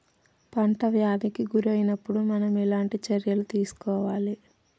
పంట వ్యాధి కి గురి అయినపుడు మనం ఎలాంటి చర్య తీసుకోవాలి?